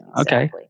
Okay